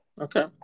okay